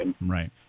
Right